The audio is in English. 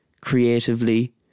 creatively